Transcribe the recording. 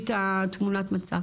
הבריאות.